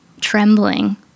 trembling